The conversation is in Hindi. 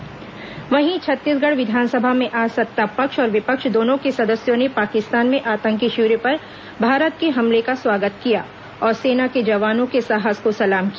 विधानसभा एयर स्ट्राइक वहीं छत्तीसगढ़ विधानसभा में आज सत्ता पक्ष और विपक्ष दोनों के सदस्यों ने पाकिस्तान में आतंकी शिविरों पर भारत के हमले का स्वागत किया और सेना के जवानों के साहस को सलाम किया